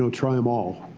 so try them all.